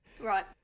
Right